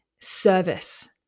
service